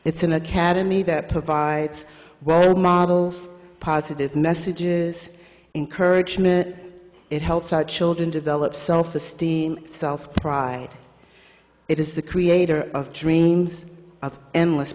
it's an academy that provides well models positive messages encouragement it helps our children develop self esteem south pride it is the creator of dreams of endless